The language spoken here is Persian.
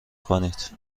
کنید